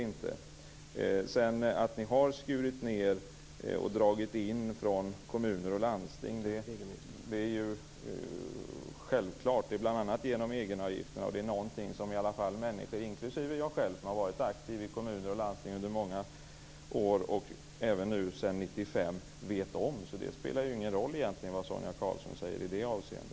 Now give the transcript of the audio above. Att Socialdemokraterna sedan har skurit ned och dragit in pengar från kommuner och landsting är självklart, bl.a. genom egenavgifterna. Och det är i alla fall något som människor - det gäller även mig som har varit aktiv i kommuner och landsting under många år - sedan 1995 vet om. Det spelar egentligen ingen roll vad Sonia Karlsson säger i detta avseende.